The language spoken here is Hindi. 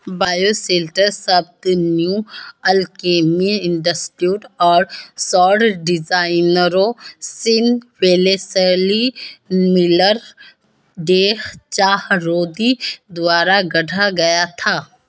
बायोशेल्टर शब्द न्यू अल्केमी इंस्टीट्यूट और सौर डिजाइनरों Sean Wellesley Miller, Day Chahroudi द्वारा गढ़ा गया था